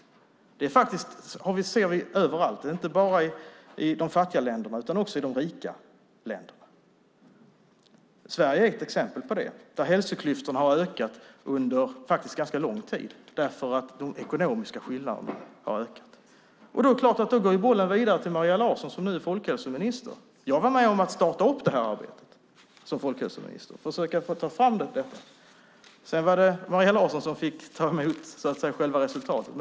Det ser vi faktiskt över allt, inte bara i de fattiga länderna utan också i de rika länderna. Sverige är ett exempel där hälsoklyftorna har ökat under ganska lång tid, eftersom de ekonomiska skillnaderna har ökat. Då är det klart att bollen går vidare till Maria Larsson, som nu är folkhälsominister. Jag var, som folkhälsominister, med om att starta upp det här arbetet. Sedan var det Maria Larsson som fick ta emot själva resultatet.